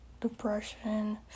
depression